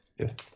Yes